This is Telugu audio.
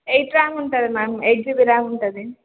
ఎయిట్ ర్యామ్ ఉంటుంది మ్యామ్ ఎయిట్ జిబి ర్యామ్ ఉంటుంది